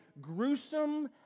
gruesome